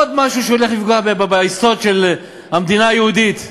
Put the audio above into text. עוד משהו שהולך לפגוע ביסוד של המדינה היהודית.